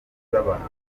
z’abantu